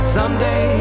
Someday